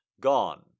gone